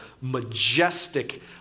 majestic